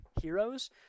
heroes